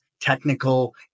technical